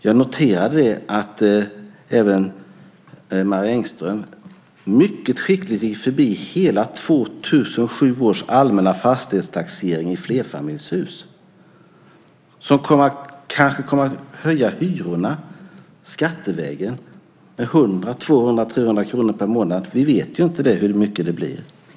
Jag noterade att även Marie Engström mycket skickligt gick förbi hela 2007 års allmänna fastighetstaxering av flerfamiljshus som kanske kommer att höja hyrorna skattevägen med 100, 200 eller 300 kr per månad. Vi vet inte hur mycket det blir.